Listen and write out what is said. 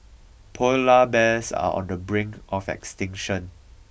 polar bears are on the brink of extinction